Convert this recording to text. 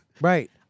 Right